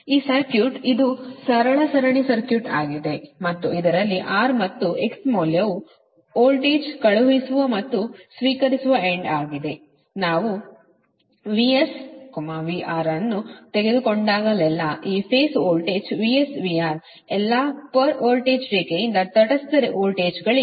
ಆದ್ದರಿಂದ ಈ ಸರ್ಕ್ಯೂಟ್ ಇದು ಸರಳ ಸರಣಿ ಸರ್ಕ್ಯೂಟ್ಆಗಿದೆ ಮತ್ತು ಇದರಲ್ಲಿ R ಮತ್ತು x ಮೌಲ್ಯವು ವೋಲ್ಟೇಜ್ ಕಳುಹಿಸುವ ಮತ್ತು ಸ್ವೀಕರಿಸುವ ಎಂಡ್ ಆಗಿದೆ ನಾವು VS VR ಅನ್ನು ತೆಗೆದುಕೊಂಡಾಗಲೆಲ್ಲಾ ಈ ಫೇಸ್ ವೋಲ್ಟೇಜ್ VS VR ಎಲ್ಲಾ ಪರ್ ವೋಲ್ಟೇಜ್ ರೇಖೆಯಿಂದ ತಟಸ್ಥ ವೋಲ್ಟೇಜ್ಗಳಿಗೆ